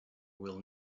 will